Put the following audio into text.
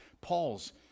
Paul's